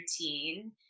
routine